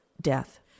death